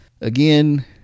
again